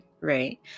right